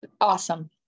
Awesome